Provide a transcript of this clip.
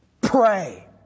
pray